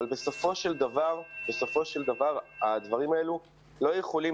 אבל בסופו של דבר הדברים האלה לא יכולים